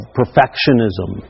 perfectionism